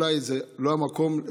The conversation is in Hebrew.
אולי זה לא המקום,